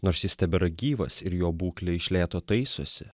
nors jis tebėra gyvas ir jo būklė iš lėto taisosi